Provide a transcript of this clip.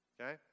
Okay